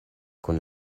kun